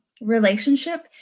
relationship